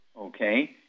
okay